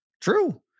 True